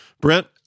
Brent